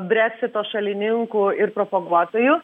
breksito šalininkų ir propaguotojų